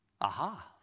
Aha